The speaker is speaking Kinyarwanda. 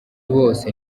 bose